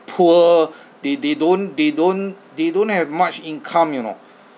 poor they they don't they don't they don't have much income you know